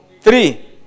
Three